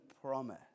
promise